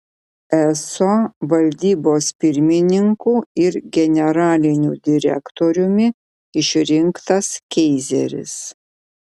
eso valdybos pirmininku ir generaliniu direktoriumi išrinktas keizeris